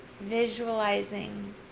visualizing